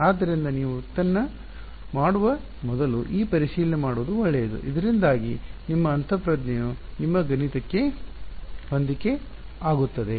ಆದ್ದರಿಂದ ನೀವು ವ್ಯುತ್ಪನ್ನ ಮಾಡುವ ಮೊದಲು ಈ ಪರಿಶೀಲನೆ ಮಾಡುವುದು ಒಳ್ಳೆಯದು ಇದರಿಂದಾಗಿ ನಿಮ್ಮ ಅಂತಃಪ್ರಜ್ಞೆಯು ನಿಮ್ಮ ಗಣಿತಕ್ಕೆ ಹೊಂದಿಕೆಯಾಗುತ್ತದೆ